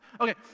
Okay